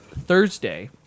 thursday